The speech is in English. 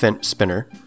spinner